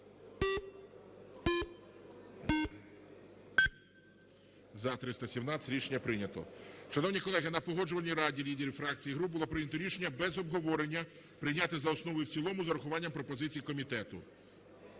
За-317 Рішення прийнято. Шановні колеги, на Погоджувальній раді лідерів фракцій і груп було прийнято рішення без обговорення прийняти за основу і в цілому з урахуванням пропозицій комітету.